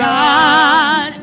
God